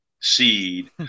seed